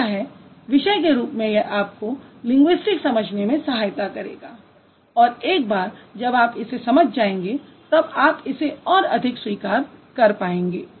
आशा है विषय के रूप में यह आपको लिंगुइस्टिक्स समझने में सहायता करेगा और एक बार जब आप इसे समझ् जाएँगे तब आप इसे और अधिक स्वीकार कर पाएंगे